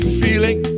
feeling